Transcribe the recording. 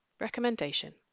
Recommendation